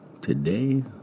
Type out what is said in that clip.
Today